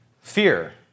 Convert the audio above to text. Fear